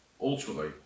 ultimately